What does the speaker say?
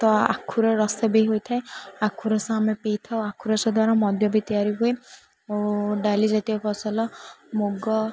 ତ ଆଖୁର ରସ ବି ହୋଇଥାଏ ଆଖୁ ରସ ଆମେ ପିଇଥାଉ ଆଖୁ ରସ ଦ୍ୱାରା ମଧ୍ୟ ବି ତିଆରି ହୁଏ ଓ ଡାଲି ଜାତୀୟ ଫସଲ ମୁଗ